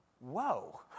Whoa